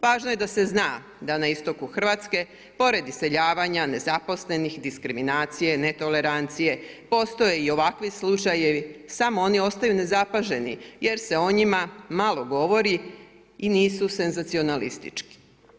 Važno je da se zna da na istoku Hrvatske pored iseljavanja, nezaposlenih, diskriminacije, netolerancije postoje i ovakvi slučajevi, samo oni ostaju nezapaženi jer se o njima malo govori i nisu senzacionalistički.